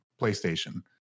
PlayStation